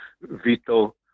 Vito